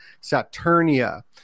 Saturnia